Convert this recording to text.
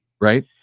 right